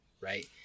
right